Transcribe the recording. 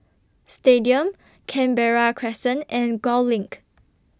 Stadium Canberra Crescent and Gul LINK